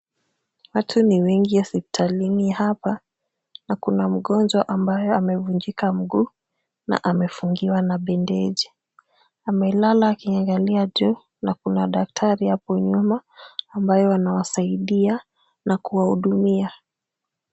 Watu ni wengi hospitalini hapa na kuna mgonjwa ambaye amevunjika mguu na amefungiwa na bendeji. Amelala akiangalia tu na kuna daktari hapo nyuma ambayo anawasaidia na kuwahudumia.